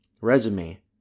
resume